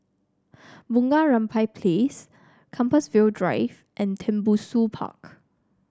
Bunga Rampai Place Compassvale Drive and Tembusu Park